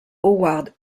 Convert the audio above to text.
howard